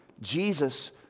Jesus